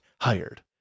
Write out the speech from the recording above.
hired